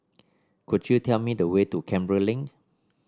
could you tell me the way to Canberra Link